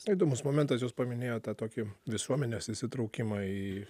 įdomus momentas jūs paminėjote tokį visuomenės įsitraukimą į